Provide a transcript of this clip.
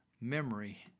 memory